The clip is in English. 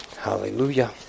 hallelujah